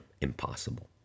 impossible